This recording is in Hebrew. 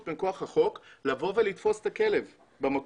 מכוח החוק לבוא ולתפוס את הכלב במקום,